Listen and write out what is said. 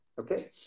Okay